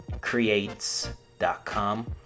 creates.com